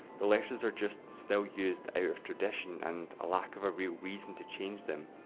the letters are just still used out of tradition, and ah lack of a real reason to change them.